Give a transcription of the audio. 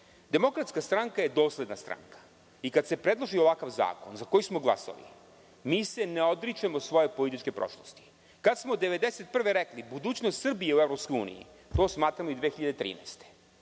Demokratska stranka je dosledna stranka i kada se predloži ovakav zakon za koji smo glasali, mi se ne odričemo svoje političke prošlosti. Kad smo 1991. godine rekli – budućnost Srbije je u EU, to smatramo i 2013.